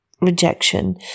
rejection